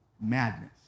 madness